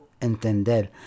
entender